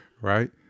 right